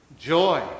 joy